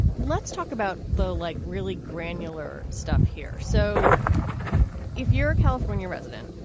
let's talk about, though, like really granular stuff here. so if you're a california resident,